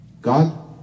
God